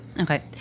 Okay